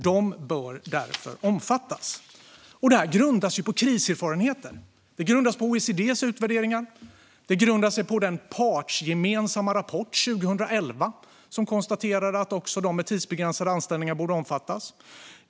De bör därför omfattas. Detta grundas på kriserfarenheten. Det grundas på OECD:s utvärderingar. Det grundas på den partsgemensamma rapport från 2011 som konstaterade att också de med tidsbegränsade anställningar borde omfattas.